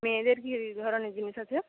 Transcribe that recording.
মেয়েদের কি কি ধরনের জিনিস আছে